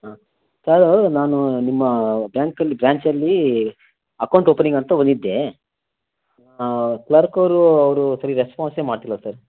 ಹಾಂ ಸರೂ ನಾನು ನಿಮ್ಮ ಬ್ಯಾಂಕಲ್ಲಿ ಬ್ರಾಂಚಲ್ಲಿ ಅಕೌಂಟ್ ಓಪನಿಂಗ್ ಅಂತ ಬಂದಿದ್ದೆ ಕ್ಲರ್ಕ್ ಅವರು ಅವರು ಸರಿ ರೆಸ್ಪಾನ್ಸೇ ಮಾಡ್ತಿಲ್ಲ ಸರ್